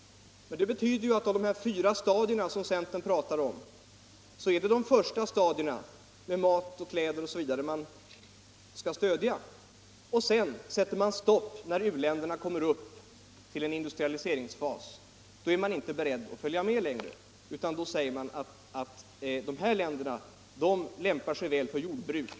Det betyder att centerpartiet av de fyra stadier som partiet hänvisar till lägger största vikten vid de första, där det gäller hjälp till mat och kläder osv. När sedan u-länderna kommer upp till en nivå som utgör en industrialiseringsbas säger man stopp. Då är man inte beredd att följa med längre utan säger att dessa länder lämpar sig väl för jordbruk.